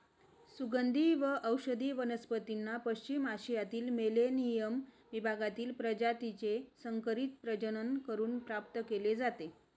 सुगंधी व औषधी वनस्पतींना पश्चिम आशियातील मेलेनियम विभागातील प्रजातीचे संकरित प्रजनन करून प्राप्त केले जाते